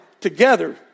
together